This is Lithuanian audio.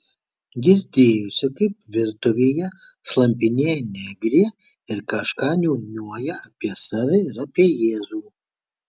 girdėjosi kaip virtuvėje slampinėja negrė ir kažką niūniuoja apie save ir apie jėzų